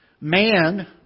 Man